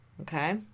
Okay